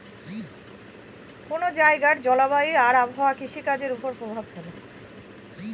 কোন জায়গার জলবায়ু আর আবহাওয়া কৃষিকাজের উপর প্রভাব ফেলে